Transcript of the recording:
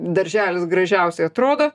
darželis gražiausiai atrodo